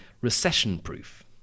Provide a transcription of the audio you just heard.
recession-proof